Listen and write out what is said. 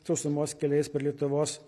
sausumos keliais per lietuvos